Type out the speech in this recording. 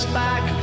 back